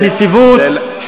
לנציבות,